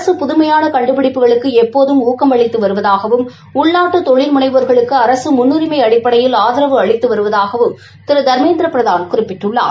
அரசு புதுமையான கண்டுபிடிப்புகளுக்கு எப்போது ஊக்கம் அளித்து வருவதாகவும் உள்நாட்டு தொழில் முனைவோர்களுக்கு அரசு முன்னுரிமை அடிப்படையில் ஆதரவு அளித்து வருவதாகவும் திரு தர்மேந்திர பிரதான் குறிப்பிட்டுள்ளார்